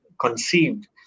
conceived